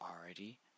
already